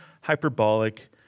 hyperbolic